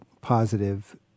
positive